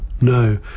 No